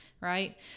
Right